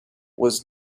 was